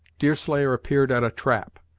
deerslayer appeared at a trap,